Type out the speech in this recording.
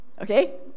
Okay